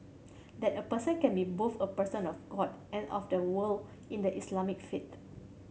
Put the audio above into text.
that a person can be both a person of God and of the world in the Islamic faith